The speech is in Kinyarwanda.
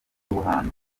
ubuhanzi